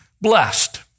blessed